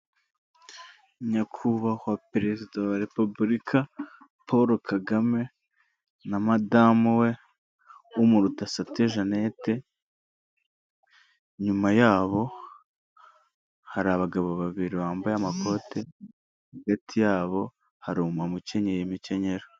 Abagore basaga bane ndetse n'umugabo wambaye ikoti ry'umukara, ishati ndetse na karuvati bicaye mu ntebe z'umukara imbere yabo hari ibintu byinshi bitandukanye nk'uducupa tw'amazi, mudasobwa ndetse n'utwuma ndangururamajwi, inyuma yabo hari ibendera ry'u Rwanda ndetse n'ibendera ry'ikirango cy'igihugu cy'u Rwanda.